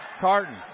Carton